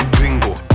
Bingo